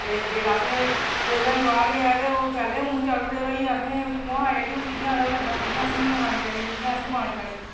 ते जेकर अस कोई ऐहीं बाहर गै ते पैह्लें गै मूहं चाढ़ी ओड़ेआ कि भई असें कुत्थुआं आई उठेआ किं'या एह्दा करना कि'यां इसी खलानी पिलानी कि'यां इसी